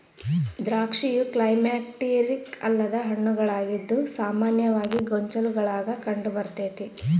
ದ್ರಾಕ್ಷಿಯು ಕ್ಲೈಮ್ಯಾಕ್ಟೀರಿಕ್ ಅಲ್ಲದ ಹಣ್ಣುಗಳಾಗಿದ್ದು ಸಾಮಾನ್ಯವಾಗಿ ಗೊಂಚಲುಗುಳಾಗ ಕಂಡುಬರ್ತತೆ